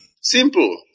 Simple